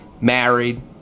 Married